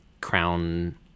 crown